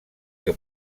que